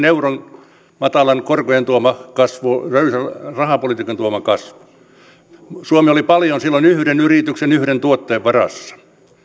euron matalien korkojen tuoma kasvu löysän rahapolitiikan tuoma kasvu suomi oli paljon silloin yhden yrityksen yhden tuotteen varassa